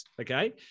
Okay